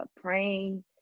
praying